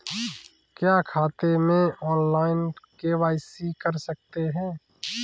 क्या खाते में ऑनलाइन के.वाई.सी कर सकते हैं?